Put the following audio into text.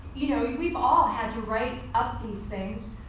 you know, we've all had to write up these things,